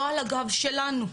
לא על הגב שלנו.